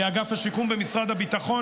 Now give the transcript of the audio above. אגף השיקום במשרד הביטחון,